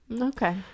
Okay